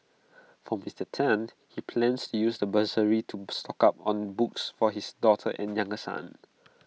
for Mister Tan he plans to use the bursary to stock up on books for his daughter and younger son